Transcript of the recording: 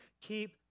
keep